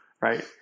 right